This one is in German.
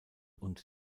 und